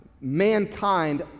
mankind